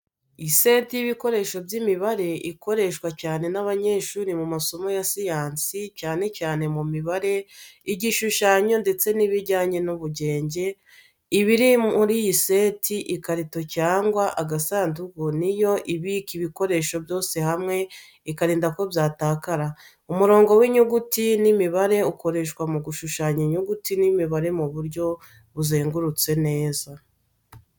Iseti y’ibikoresho by’imibare ikoreshwa cyane n’abanyeshuri mu masomo ya siyansi cyane cyane mu mibare igishushanyo ndetse n’ibijyanye n’ubugenge. Ibiri muri iyi seti ikarito cyangwa agasanduku niyo ibika ibikoresho byose hamwe, ikarinda ko byatakara. Umurongo w’inyuguti n’imibare ukoreshwa mu gushushanya inyuguti n’imibare mu buryo buzengurutse neza.